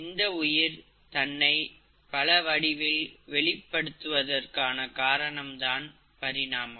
இந்த உயிர் தன்னை பல வடிவில் வெளிப்படுத்துவதற்கான காரணம் தான் பரிணாமம்